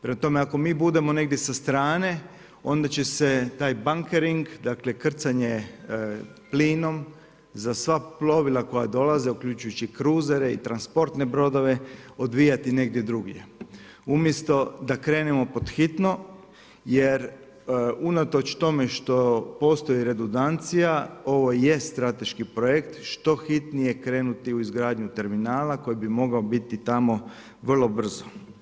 Prema tome, ako mi budemo negdje sa strane, onda će se taj bajkering, dakle, krcanje plinom, za sva plovila koja dolaze, uključujući i kruzere i transportne brodove odvijati negdje druge, umjesto da krenemo pod hitno, jer unatoč tome što postoji redundancija, ovo jest strateški projekt, što hitnije krenuti u izgradnju terminala, koji bi mogao biti tamo vrlo brzo.